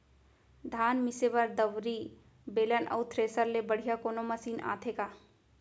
धान मिसे बर दंवरि, बेलन अऊ थ्रेसर ले बढ़िया कोनो मशीन आथे का?